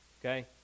okay